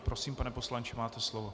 Prosím, pane poslanče, máte slovo.